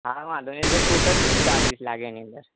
હા વાંધો નહી એટલે ટોટલ કેટલું ચાર્જસ લાગે એની અંદર